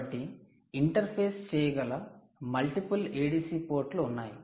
కాబట్టి ఇంటర్ఫేస్ చేయగల multiple ADC పోర్టులు ఉన్నాయి